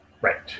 right